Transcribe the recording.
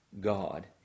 God